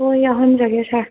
ꯑꯣ ꯌꯥꯎꯍꯟꯖꯒꯦ ꯁꯥꯔ